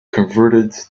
converted